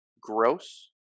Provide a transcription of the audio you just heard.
gross